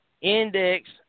Index